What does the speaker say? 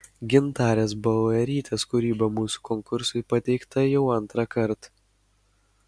gintarės bauerytės kūryba mūsų konkursui pateikta jau antrąkart